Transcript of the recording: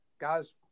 guys